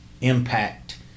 impact